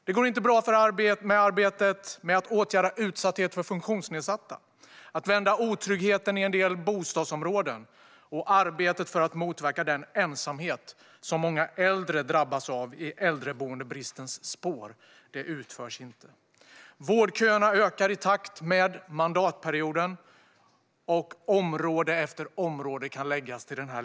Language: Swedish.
Det går inte bra med arbetet med att åtgärda utsatthet för funktionsnedsatta, med att vända otryggheten i en del bostadsområden och med att motverka den ensamhet som många äldre drabbas av i äldreboendebristens spår. Det arbetet utförs inte. Vårdköerna ökar i takt med mandatperioden. Område efter område kan läggas till listan.